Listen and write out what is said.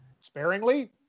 Sparingly